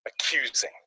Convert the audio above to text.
accusing